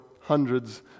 hundreds